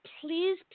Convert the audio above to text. please